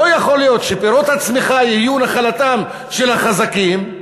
לא יכול להיות שפירות הצמיחה יהיו נחלתם של החזקים,